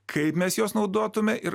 kaip mes juos naudotume ir